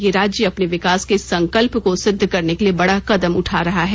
यह राज्य अपने विकास के संकल्प को सिद्ध करने के लिए बड़ा कदम उठा रहा है